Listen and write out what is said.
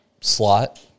slot